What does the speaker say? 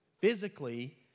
physically